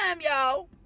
y'all